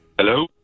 Hello